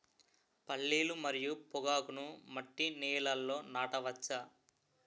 పల్లీలు మరియు పొగాకును మట్టి నేలల్లో నాట వచ్చా?